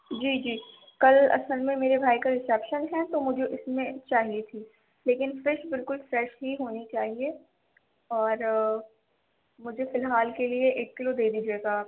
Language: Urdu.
جی جی کل اصل میں میرے بھائی کا ریسیپشن ہے تو مجھے اس میں چاہیے تھی لیکن فش بالکل فریش ہی ہونی چاہیے اور مجھے فی الحال کے لیے ایک کلو دے دیجیے گا